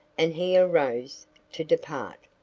and he arose to depart.